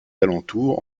alentours